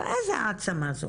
זה הלב,